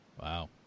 Wow